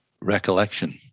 recollection